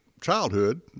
childhood